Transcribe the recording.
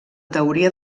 teoria